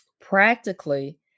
practically